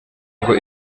ngo